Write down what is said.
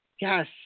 Yes